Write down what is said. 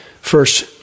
First